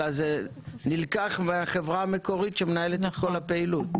אלא זה נלקח מהחברה המקורית שמנהלת את כל הפעילות?